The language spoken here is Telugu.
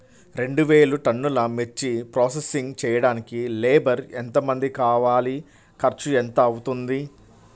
రెండు వేలు టన్నుల మిర్చి ప్రోసెసింగ్ చేయడానికి లేబర్ ఎంతమంది కావాలి, ఖర్చు ఎంత అవుతుంది?